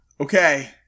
Okay